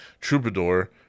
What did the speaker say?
troubadour